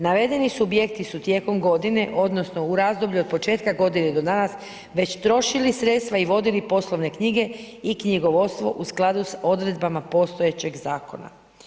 Navedeni subjekti su tijekom godine odnosno u razdoblju od početka godine do danas već trošili sredstva i vodili poslovne knjige i knjigovodstvo u skladu s odredbama postojećeg zakona.